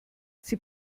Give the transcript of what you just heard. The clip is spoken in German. sie